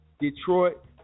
Detroit